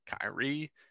Kyrie